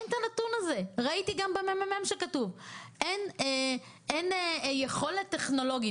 אין את הנתון הזה, "אין יכולת טכנולוגית".